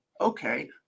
Okay